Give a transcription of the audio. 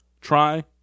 Try